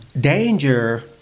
danger